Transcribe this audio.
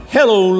Hello